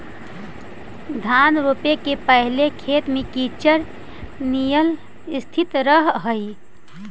धान रोपे के पहिले खेत में कीचड़ निअन स्थिति रहऽ हइ